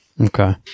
Okay